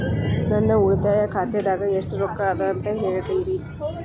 ನನ್ನ ಉಳಿತಾಯ ಖಾತಾದಾಗ ಎಷ್ಟ ರೊಕ್ಕ ಅದ ಅಂತ ಹೇಳ್ತೇರಿ?